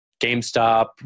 GameStop